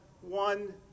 one